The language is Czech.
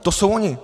To jsou oni.